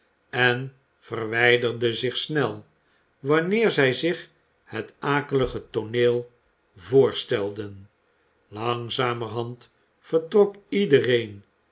en verwijderden zich snel wanneer zij zich het akelige tooneel voorstelden langzamerhand vertrok iedereen